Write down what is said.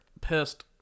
pissed